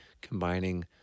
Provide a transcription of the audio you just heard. combining